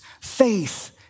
faith